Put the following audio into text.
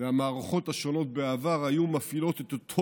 והמערכות השונות בעבר היו מפעילות את אותו